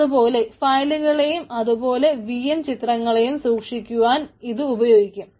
അതുപോലെ ഫയലുകളെയും അതു പോലെ വി എം ചിത്രങ്ങളെയും സൂക്ഷിക്കുവാൻ ഇത് ഉപയോഗിക്കും